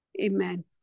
Amen